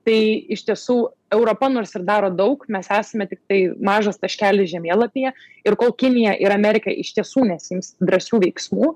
tai iš tiesų europa nors ir daro daug mes esame tiktai mažas taškelis žemėlapyje ir kol kinija ir amerika iš tiesų nesiims drąsių veiksmų